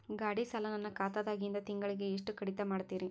ಗಾಢಿ ಸಾಲ ನನ್ನ ಖಾತಾದಾಗಿಂದ ತಿಂಗಳಿಗೆ ಎಷ್ಟು ಕಡಿತ ಮಾಡ್ತಿರಿ?